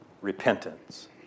repentance